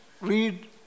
read